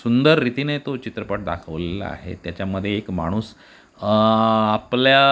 सुंदर रीतीने तो चित्रपट दाखवलेला आहे त्याच्यामध्ये एक माणूस आपल्या